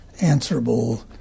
answerable